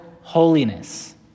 holiness